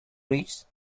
reaches